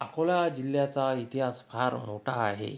अकोला जिल्ह्याचा इतिहास फार मोठा आहे